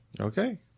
okay